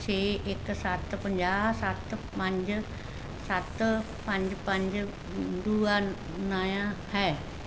ਛੇ ਇੱਕ ਸੱਤ ਪੰਜਾਹ ਸੱਤ ਪੰਜ ਸੱਤ ਪੰਜ ਪੰਜ ਦੂਆ ਨਾਇਆਂ ਹੈ